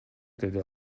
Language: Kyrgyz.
деди